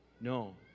no